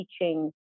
teaching